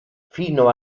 fino